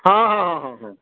ହଁ ହଁ ହଁ ହଁ